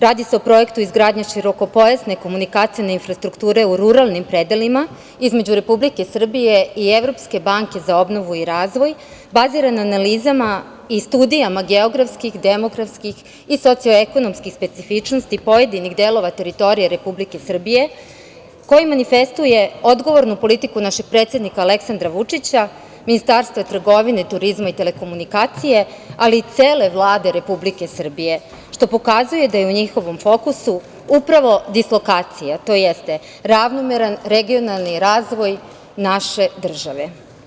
Radi se o projektu izgradnje širokopojasne komunikacije infrastrukture u ruralnim predelima između Republike Srbije i Evropske banke za obnovu i razvoj, baziran na analizama i studijama geografskih, demografskih i socio-ekonomskih specifičnosti pojedinih delova teritorije Republike Srbije, koji manifestuje odgovornu politiku našeg predsednika Aleksandra Vučića, Ministarstva trgovine, turizma i telekomunikacije, ali i cele Vlade Republike Srbije, što pokazuje da je u njihovom fokusu upravo dislokacija, tj. ravnomerni regionalni razvoj naše države.